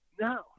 No